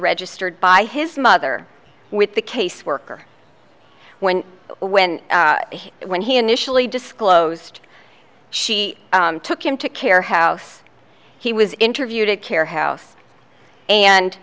registered by his mother with the caseworker when when when he initially disclosed she took him to care house he was interviewed at care house and